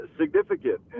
significant